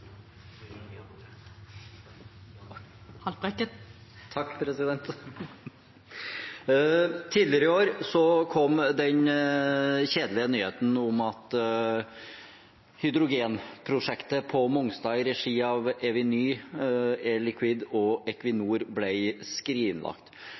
Tidligere i år kom den kjedelige nyheten om at hydrogenprosjektet på Mongstad i regi av Eviny, Air Liquide og